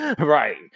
right